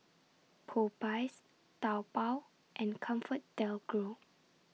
Popeyes Taobao and ComfortDelGro